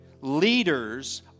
Leaders